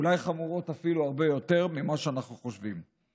אולי חמורות אפילו הרבה יותר ממה שאנחנו חושבים.